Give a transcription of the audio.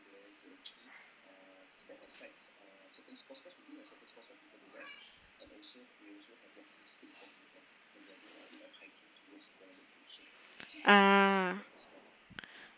uh